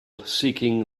seeking